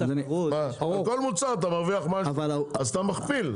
על כל מוצר אתה מרוויח משהו, אז אתה מכפיל.